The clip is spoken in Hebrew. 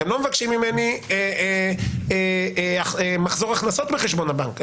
אתם לא מבקשים ממני מחזור הכנסות בחשבון הבנק,